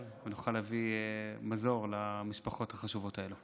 ונוכל להביא מזור למשפחות החשובות האלה.